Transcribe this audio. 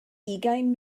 ugain